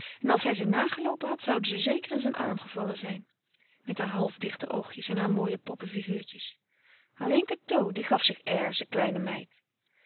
en als hij ze nageloopen had zouden ze zeker in zijn arm gevallen zijn met haar halfdichte oogjes en haar mooie poppenfiguurtjes alleen cateau die gaf zich airs de kleine meid